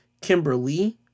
Kimberly